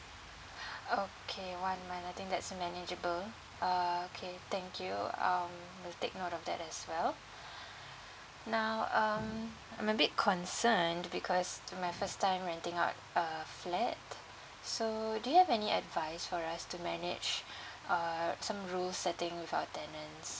okay one month I think that's manageable uh okay thank you I'll take note of that as well now um I'm a bit concerned because it's my first time renting out a flat so do you have any advice for us to manage uh some rules setting with our tenants